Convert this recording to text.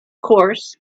course